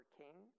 king